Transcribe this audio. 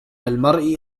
المرء